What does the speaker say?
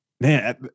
man